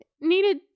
needed